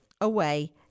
away